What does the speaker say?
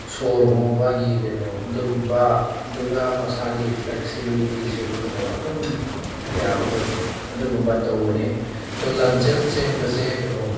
ꯁꯣꯔ ꯍꯣꯟꯕꯒꯤ ꯀꯩꯅꯣ ꯑꯗꯨꯒꯨꯝꯕ ꯑꯗꯨꯒ ꯃꯁꯥꯒꯤ ꯐ꯭ꯂꯦꯛꯁꯤꯕꯤꯂꯤꯇꯤꯁꯨ ꯀꯩꯅꯣ ꯑꯗꯨꯝ ꯌꯥꯕꯗꯣ ꯑꯗꯨꯒꯨꯝꯕ ꯇꯧꯕꯅꯦ ꯑꯗꯣ ꯂꯝꯖꯦꯜ ꯆꯦꯟꯕꯁꯦ ꯀꯩꯅꯣ